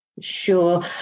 Sure